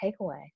takeaway